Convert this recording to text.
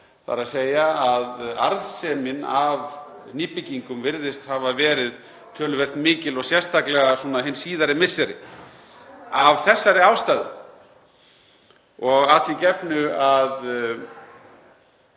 þ.e. að arðsemin af nýbyggingum virðist hafa verið töluvert mikil og sérstaklega hin síðari misseri. Af þessari ástæðu og að því gefnu að